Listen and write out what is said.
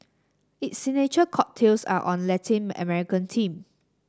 its signature cocktails are on Latin American theme